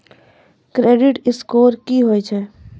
Credit score की होय छै?